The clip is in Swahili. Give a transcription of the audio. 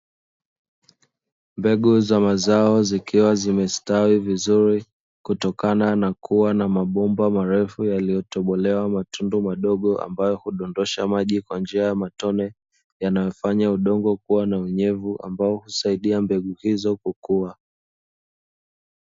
Mbegu za mazao zikiwa zimestawi vizuri kutokana na kuwa na mabomba marefu yaliyotobolewa matundu madogo, ambayo hudondosha maji kwa njia ya matone yanayofanya udongo kuwa na unyevu ambao husaidia mbegu hizo kukua.